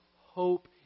hope